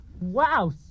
Wow